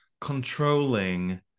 controlling